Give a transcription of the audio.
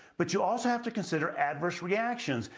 but you also have to consider adverse reactions.